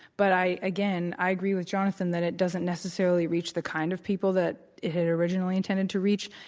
but i again, i agree with jonathan that it doesn't necessarily reach the kind of people that it had originally intended to reach.